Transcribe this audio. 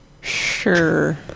sure